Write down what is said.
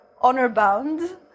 honor-bound